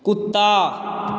कुत्ता